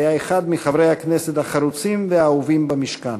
היה אחד מחברי הכנסת החרוצים והאהובים במשכן.